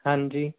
ਹਾਂਜੀ